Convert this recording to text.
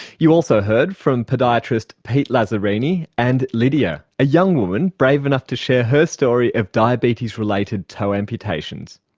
you also heard from podiatrist pete lazzarini, and lydija, a young woman brave enough to share her story of diabetes related toe amputations.